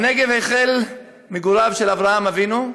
בנגב החלו מגוריו של אברהם אבינו,